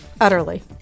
Utterly